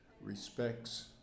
respects